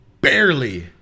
barely